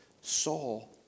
Saul